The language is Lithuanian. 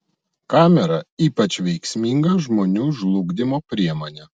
kamera ypač veiksminga žmonių žlugdymo priemonė